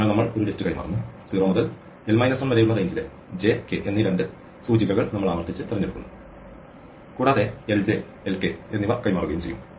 അതിനാൽ നമ്മൾ ഒരു ലിസ്റ്റ് കൈമാറുന്നു 0 മുതൽ l 1 വരെയുള്ള റേഞ്ചിലെ j k എന്നീ രണ്ട് സൂചികകൾ നമ്മൾ ആവർത്തിച്ച് തിരഞ്ഞെടുക്കുന്നു കൂടാതെ lj lk എന്നിവ കൈമാറുകയും ചെയ്യും